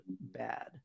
bad